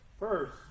First